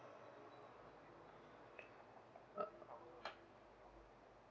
uh